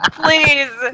please